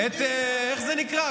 את, איך זה נקרא?